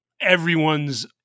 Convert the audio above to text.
everyone's